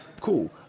cool